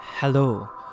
Hello